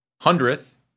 hundredth